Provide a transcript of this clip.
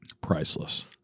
priceless